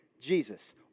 Jesus